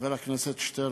חבר הכנסת שטרן,